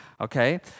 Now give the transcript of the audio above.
Okay